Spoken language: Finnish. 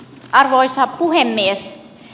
arvoisa puhemies